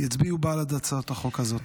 יצביעו בעד הצעת החוק הזאת.